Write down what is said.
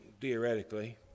theoretically